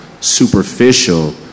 superficial